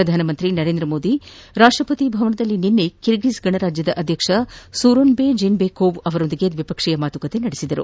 ಪ್ರಧಾನಮಂತ್ರಿ ನರೇಂದ್ರ ಮೋದಿ ಅವರು ರಾಷ್ಟ್ರಪತಿ ಭವನದಲ್ಲಿ ನಿನ್ನೆ ಕಿರ್ಗಿಜ್ ಗಣರಾಜ್ಯದ ಅಧ್ಯಕ್ಷ ಸೂರೊನ್ಬೆ ಜೀನ್ಬೆಕೊವ್ ಅವರೊಂದಿಗೆ ದ್ವಿಪಕ್ಷೀಯ ಮಾತುಕತೆ ನಡೆಸಿದರು